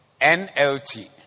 NLT